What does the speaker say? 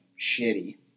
shitty